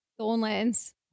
Thornlands